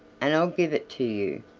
and i'll give it to you,